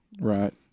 right